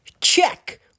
check